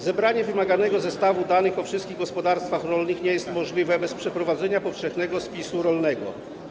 Zebranie wymaganego zestawu danych o wszystkich gospodarstwach rolnych nie jest możliwe bez przeprowadzenia powszechnego spisu rolnego.